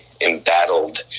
embattled